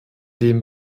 dem